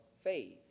faith